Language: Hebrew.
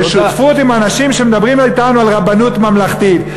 בשותפות עם אנשים שמדברים אתם על רבנות ממלכתית.